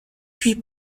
puis